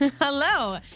Hello